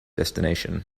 destination